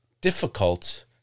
difficult